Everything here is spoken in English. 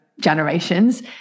generations